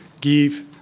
give